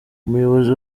umuyobozi